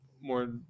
more